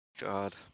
God